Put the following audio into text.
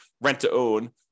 rent-to-own